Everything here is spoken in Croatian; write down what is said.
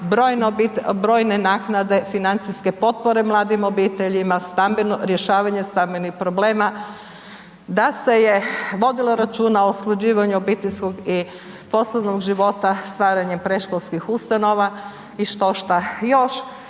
brojne naknade, financijske potpore mladim obiteljima, stambeno, rješavanje stambenih problema. Da se je vodilo računa o usklađivanju obiteljskog i poslovnog života stvaranjem predškolskih ustanova i štošta još.